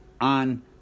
on